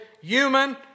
human